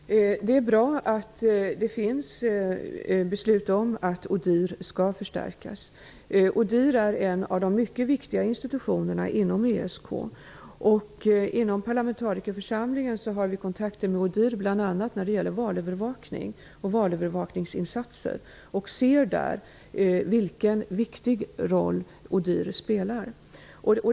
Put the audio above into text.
Herr talman! Det är bra att det finns beslut om att ODIHR skall förstärkas. ODIHR är en av de mycket viktiga institutionerna inom ESK. Inom parlamentarikerförsamlingen har vi kontakter med ODIHR bl.a. när det gäller valövervakning och valövervakningsinsatser och ser där vilken viktig roll ODIHR spelar.